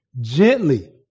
gently